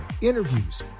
interviews